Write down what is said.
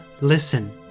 listen